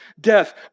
death